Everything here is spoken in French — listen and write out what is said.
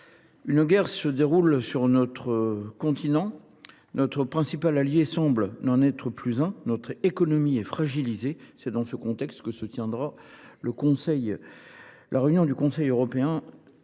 une guerre se déroule sur notre continent ; notre principal allié semble n’en être plus un ; notre économie est fragilisée. C’est dans ce contexte que se tiendra la réunion du Conseil européen